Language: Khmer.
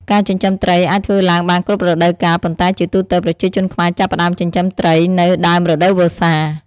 ការចិញ្ចឹមត្រីអាចធ្វើឡើងបានគ្រប់រដូវកាល ប៉ុន្តែជាទូទៅ ប្រជាជនខ្មែរចាប់ផ្ដើមចិញ្ចឹមត្រីនៅ ដើមរដូវវស្សា។